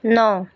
नौ